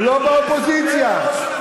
לא באופוזיציה.